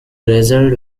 wrestled